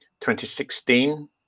2016